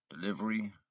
delivery